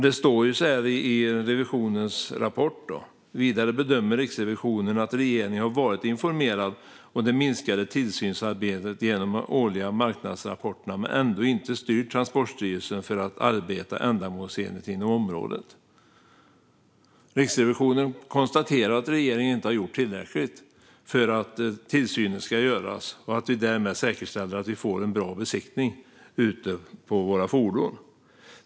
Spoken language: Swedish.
Det står i rapporten: "Vidare bedömer Riksrevisionen att regeringen har varit informerad om det minskade tillsynsarbetet genom de årliga marknadsrapporterna, men ändå inte styrt Transportstyrelsen för att arbeta ändamålsenligt inom området." Riksrevisionen konstaterar alltså att regeringen inte har gjort tillräckligt för att utöva tillsynen och därmed säkerställa att besiktningen av fordonen sköts på ett bra sätt.